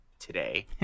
today